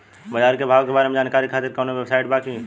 बाजार के भाव के बारे में जानकारी खातिर कवनो वेबसाइट बा की?